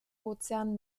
ozean